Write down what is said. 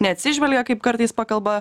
neatsižvelgia kaip kartais pakalba